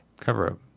Cover-up